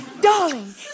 Darling